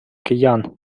киян